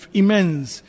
immense